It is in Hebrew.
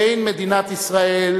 אין מדינת ישראל